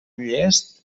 llest